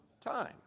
time